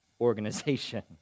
organization